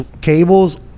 cables